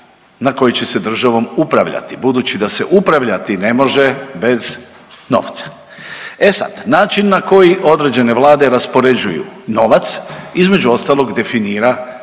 na koji će se državom upravljati budući da se upravljati ne može bez novca. E sada, način na koji određene vlade raspoređuju novac između ostalog definira